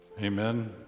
amen